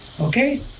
Okay